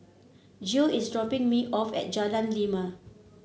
Geo is dropping me off at Jalan Lima